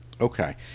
okay